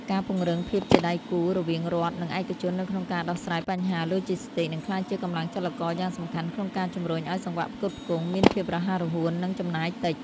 ការពង្រឹងភាពជាដៃគូរវាងរដ្ឋ និងឯកជនក្នុងការដោះស្រាយបញ្ហាឡូជីស្ទីក នឹងក្លាយជាកម្លាំងចលករយ៉ាងសំខាន់ក្នុងការជំរុញឱ្យសង្វាក់ផ្គត់ផ្គង់មានភាពរហ័សរហួន និងចំណាយតិច។